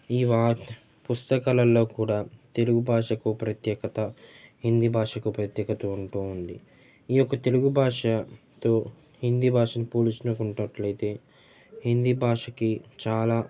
ఈ వా పుస్తకాలల్లో కూడా తెలుగు భాషకు ప్రత్యేకత హిందీ భాషకు ప్రత్యేకత ఉంటూ ఉంది ఈ యొక్క తెలుగు భాష తో హిందీ భాషను పోలిచినకున్నట్లయితే హిందీ భాషకి చాలా